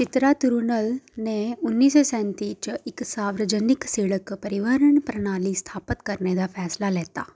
चित्रा थिरुन्नल ने उन्नी सौ सैंती च इक सार्वजनिक सिड़क परिवहन प्रणाली स्थापत करने दा फैसला लैता